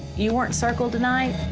you weren't circled tonight.